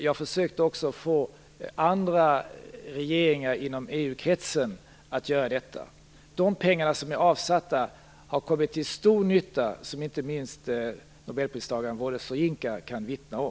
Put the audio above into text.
Jag försökte också få andra regeringar inom EU-kretsen att göra detta. De pengar som är avsatta har kommit till stor nytta, vilket inte minst nobelpristagaren Wole Soyinka kan vittna om.